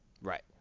right